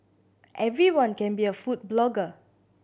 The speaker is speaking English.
everyone can be a food blogger